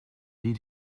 dit